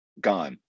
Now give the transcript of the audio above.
gone